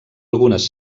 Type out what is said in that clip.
algunes